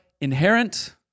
inherent